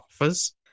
offers